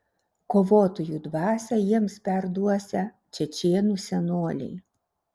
kovotojų dvasią jiems perduosią čečėnų senoliai